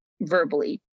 verbally